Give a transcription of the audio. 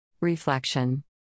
Reflection